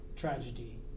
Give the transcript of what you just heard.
Tragedy